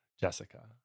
Jessica